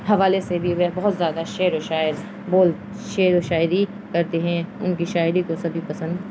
حوالے سے بھی وہ بہت زیادہ شعر و شاعر بول شعر و شاعری کرتے ہیں ان کی شاعری کو سبھی پسند